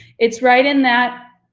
it's right in that,